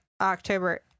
October